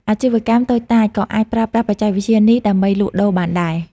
អាជីវកម្មតូចតាចក៏អាចប្រើប្រាស់បច្ចេកវិទ្យានេះដើម្បីលក់ដូរបានដែរ។